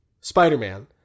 Spider-Man